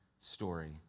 story